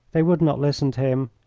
they would not listen to him!